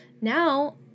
now